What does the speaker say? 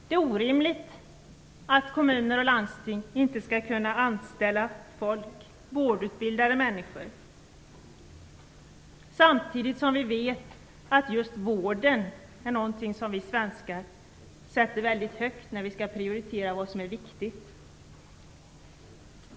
Det är orimligt att kommuner och landsting inte skall kunna anställa vårdutbildade människor samtidigt som vi vet att vården är något som vi svenskar sätter mycket högt när vi anger våra prioriteringar av vad som är viktigt.